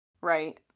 Right